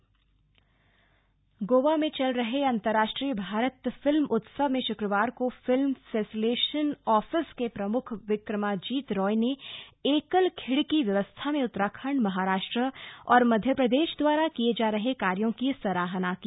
film festival Goa में चल रहे अन्तरराष्ट्रीय भारत फिल्म उत्सव में शुक्रवार को फिल्म फैसिलेशन ऑफिस के प्रमुख विक्रमाजीत रॉय ने एकल खिड़की व्यवस्था में उत्तराखंड महाराष्ट्र और मध्य प्रदेश द्वारा किए जा रहे कार्यो की सराहना की